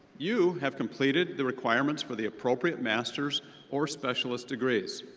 you have completed the requirements for the appropriate master's or specialist degrees.